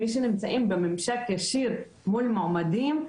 מי שנמצאים בממשק ישיר מול מועמדים,